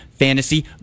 Fantasy